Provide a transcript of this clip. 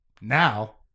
Now